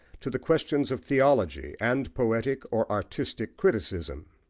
to the questions of theology, and poetic or artistic criticism.